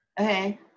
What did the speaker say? Okay